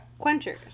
Quenchers